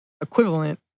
equivalent